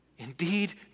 Indeed